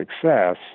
success